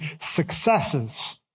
successes